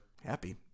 happy